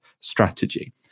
strategy